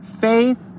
faith